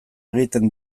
egiten